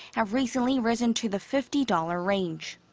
have recently risen to the fifty dollar range.